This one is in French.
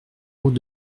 route